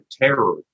terror